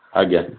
ଆଜ୍ଞା